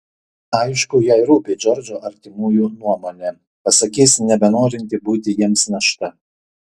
aišku jai rūpi džordžo artimųjų nuomonė pasakys nebenorinti būti jiems našta